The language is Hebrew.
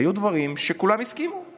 היו דברים שכולם הסכימו עליהם.